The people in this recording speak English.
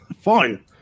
fine